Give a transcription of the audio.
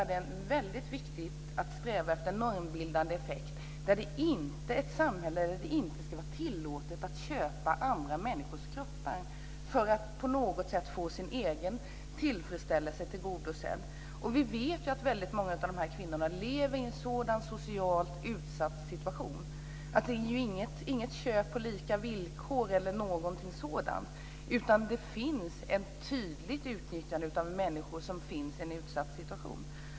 Det är väldigt viktigt att sträva efter normbildande effekt där det inte ska vara tillåtet att köpa andra människors kroppar för att på något sätt få sin egen tillfredsställelse tillgodosedd. Vi vet att väldigt många av dessa kvinnor lever i en sådan socialt utsatt situation att det inte är ett köp på lika villkor eller någonting sådant, utan det finns ett tydligt utnyttjande av människor i en utsatt situation.